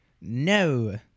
No